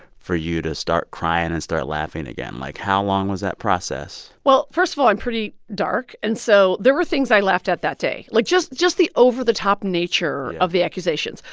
for you to start crying and start laughing again? like, how long was that process? well, first of all, i'm pretty dark. and so there were things i laughed at that day. like, just just the over-the-top nature of the accusations.